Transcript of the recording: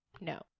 No